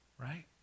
right